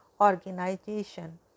organization